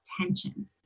tension